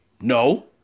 No